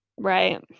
Right